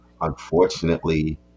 unfortunately